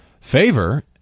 favor